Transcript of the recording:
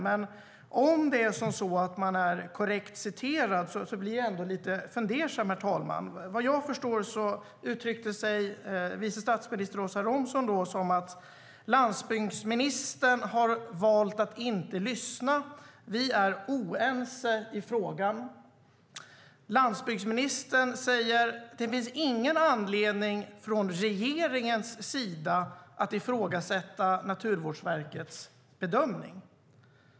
Men om det är korrekt återgett blir jag ändå lite fundersam. Såvitt jag förstår uttryckte sig vice statsminister Åsa Romson på följande sätt: Landsbygdsministern har valt att inte lyssna. Vi är oense i frågan. Landsbygdsministern säger: Det finns ingen anledning från regeringens sida att ifrågasätta Naturvårdsverkets bedömning.